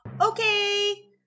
Okay